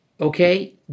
Okay